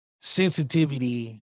sensitivity